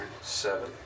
Seven